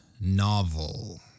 novel